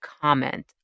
comment